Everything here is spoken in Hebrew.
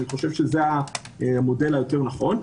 אני חושב שזה המודל היותר נכון.